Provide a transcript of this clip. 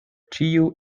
ĉiu